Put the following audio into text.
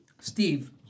Steve